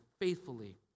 faithfully